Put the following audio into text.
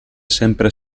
sempre